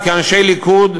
מנתניהו, כאנשי ליכוד,